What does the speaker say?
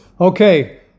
Okay